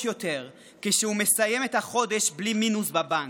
יותר כשהוא מסיים את החודש בלי מינוס בבנק.